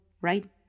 right